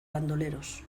bandoleros